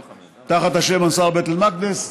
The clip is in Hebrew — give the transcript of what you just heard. תחת השם אנצאר בית אל-מקדס,